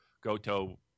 Goto